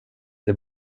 det